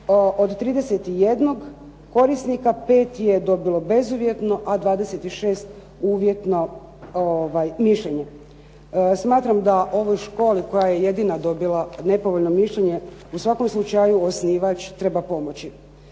od 31 korisnika 5 ih je dobilo bezuvjetno a 26 uvjetno mišljenje. Smatram da ovoj školi koja je jedina dobila nepovoljno mišljenje, u svakom slučaju osnivač treba pomoći.